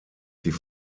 sie